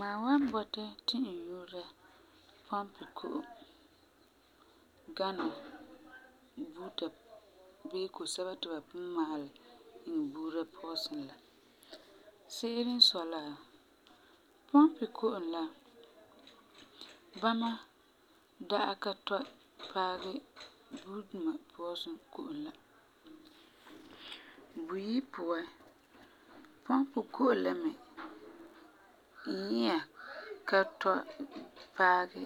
Mam wan bɔta ti n nyuura pɔmpi ko'om gana buuta bii kosɛba ti ba pugum maalɛ iŋɛ buura pɔɔsin la. Se'ere n sɔi la, pɔmpi ko'om la bãma da'a ka tɔi paɛ buuduma pɔɔsin ko'om la. Buyi puan, pɔmpi ko'om la me nyia ka tɔi paagɛ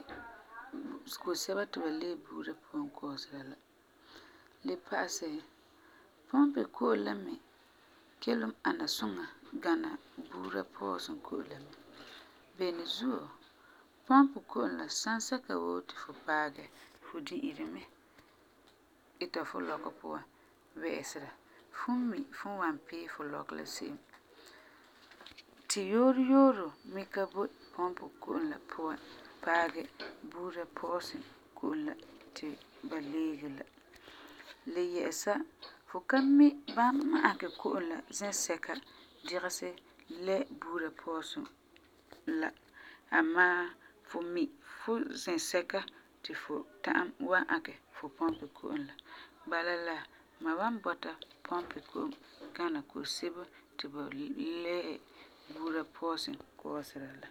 kosebo ti ba lee buura puan kɔɔsera la. Le pa'asɛ, pɔmpi ko'om la me kelum ana suŋa gana buura pɔɔsin ko'om la me. Beni zuo, pɔmpi ko'om la sansɛka woo ti fu paagɛ, fu di'iri mɛ ita fu lɔkɔ puan wɛ'ɛsera, fum mi fum wan pee fu lɔkɔ la se'em. Tiyooro yooro me ka boi pɔmpi ko'om la puan paagɛ buura pɔɔsin ko'om la ti ba leege la. Le yɛ'ɛsa, fu ka mi ba n ãkɛ ko'om la zɛsɛka digesɛ lɛ' buura pɔɔsin la. Amaa, fu mi fu zɛsɛka ti fu ta'am wan ãkɛ fu pɔmpi ko'om la. Bala la, mam wan bɔta pɔmpi ko'om gana kosebo ti ba lɛ' buura pɔɔsin kɔɔsera la.